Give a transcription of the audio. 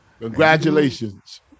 congratulations